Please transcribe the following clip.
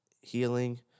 healing